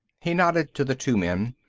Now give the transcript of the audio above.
he nodded to the two men.